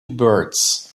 birds